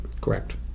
Correct